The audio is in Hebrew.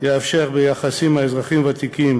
תתאפשר ביחס לאזרחים ותיקים